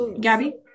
gabby